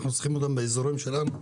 אנחנו צריכים אותם באזורים שלנו.